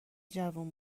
جوون